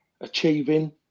achieving